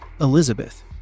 Elizabeth